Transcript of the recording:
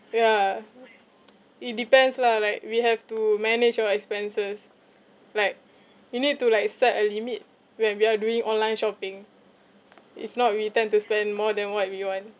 yeah it depends lah like we have to manage our expenses like you need to like set a limit when we are doing online shopping if not we tend to spend more than what we want